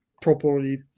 properly